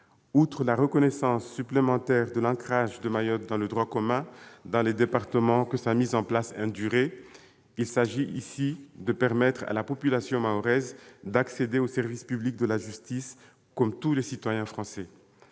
Outre la reconnaissance supplémentaire de l'ancrage de Mayotte dans le droit commun des départements que cela induirait, il s'agit de permettre aux Mahorais d'accéder au service public de la justice comme tous les citoyens français.